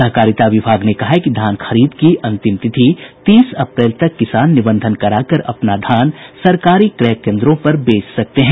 सहकारिता विभाग ने कहा है कि धान खरीद की अंतिम तिथि तीस अप्रैल तक किसान निबंधन कराकर अपना धान सरकारी क्रय केन्द्रों पर बेच सकते हैं